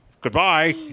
Goodbye